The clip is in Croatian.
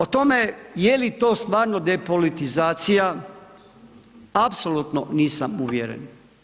O tome je li to stvarno depolitizacija apsolutno nisam uvjeren.